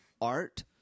art